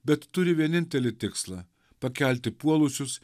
bet turi vienintelį tikslą pakelti puolusius